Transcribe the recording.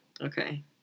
okay